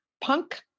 punk